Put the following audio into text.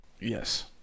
Yes